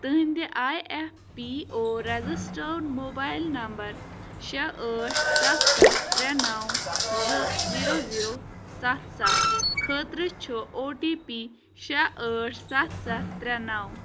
تہنٛدِ A F P O registered mobile number شےٚ ٲٹھ سَتھ سَتھ ترٛےٚ نو زٕ زیٖرو زیٖرو سَتھ سَتھ خٲطرٕ چھُ او ٹی پی شےٚ ٲٹھ سَتھ سَتھ ترٛےٚ نو